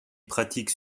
pratique